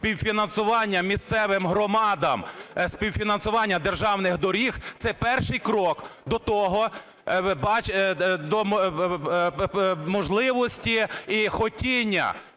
співфінансування місцевим громадам співфінансування державних доріг – це перший крок до того, до можливості і хотіння